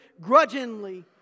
grudgingly